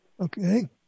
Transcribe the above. Okay